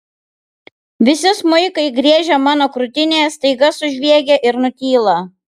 visi smuikai griežę mano krūtinėje staiga sužviegia ir nutyla